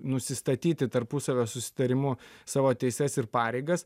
nusistatyti tarpusavio susitarimu savo teises ir pareigas